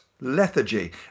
lethargy